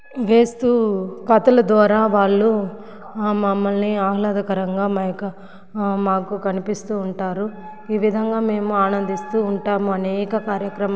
వేస్తూ కథల ద్వారా వాళ్ళు మమ్మల్ని ఆహ్లాదకరంగా మా యొక్క మాకు కనిపిస్తూ ఉంటారు ఈ విధంగా మేము ఆనందిస్తూ ఉంటాము అనేక కార్యక్రమా